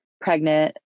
pregnant